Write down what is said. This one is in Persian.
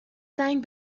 زنگ